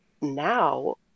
now